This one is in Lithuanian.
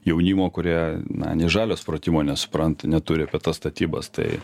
jaunimo kurie na nė žalio supratimo nesupranta neturi apie tas statybas tai